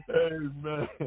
Amen